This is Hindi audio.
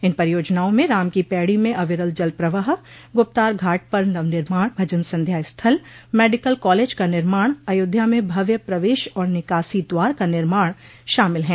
इन परियोजनाओं में राम की पैड़ी में अविरल जल प्रवाह गुप्तार घाट पर नवनिर्माण भजन संध्या स्थल मेडिकल कॉलेज का निर्माण अयोध्या में भव्य प्रवेश और निकासी द्वार का निर्माण शामिल हैं